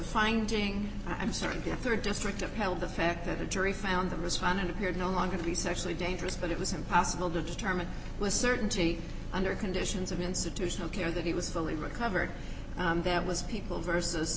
finding i'm certain there rd district appealed the fact that a jury found the respondent appeared no longer to be sexually dangerous but it was impossible to determine with certainty under conditions of institutional care that he was fully recovered that was people versus